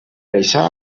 això